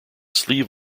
sleeve